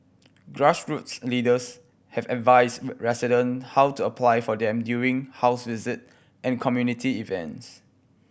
grassroots leaders have advised resident how to apply for them during house visits and community events